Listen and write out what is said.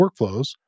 Workflows